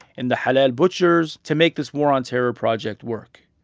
in the halal butchers to make this war on terror project work